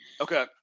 Okay